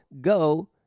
go